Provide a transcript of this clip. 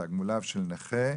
מתגמוליו של נכה)